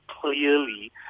clearly